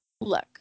Look